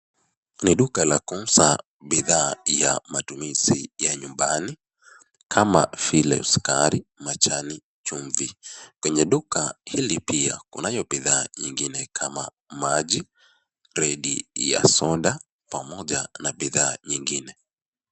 Ni duka la kuuza bidha ya matumizi ya nyumbani, kama vile sukari, majani, chumvi. Kwenye duka hili pia kunayo bidhaa nyingine kama maji, kreti ya soda pamoja na bidhaa nyingine.